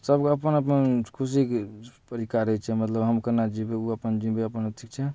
सबके अपन अपन खुशीके तरीका रहैत छै मतलब हम केना जीबै ओ अपन जीबै अपन ठीक छै